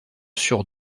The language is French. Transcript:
sur